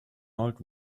old